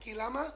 למה?